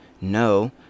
no